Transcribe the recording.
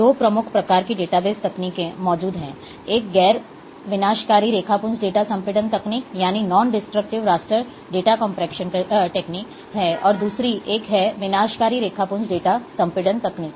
दो प्रमुख प्रकार की डेटाबेस तकनीकें मौजूद हैं एक गैर विनाशकारी रेखापुंज डेटा संपीड़न तकनीक है और दूसरी एक है विनाशकारी रेखापुंज डेटा संपीड़न तकनीक